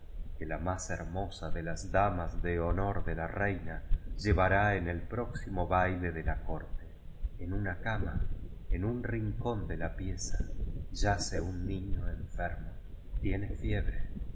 que la más hermosa de las daisas de honor de la reina llevará en el próximo baile de la corte en una cama en un rincón de la pieza yace un niño enfermo tiene fiebre